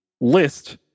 list